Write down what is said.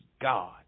God